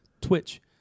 Twitch